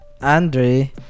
Andre